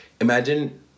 Imagine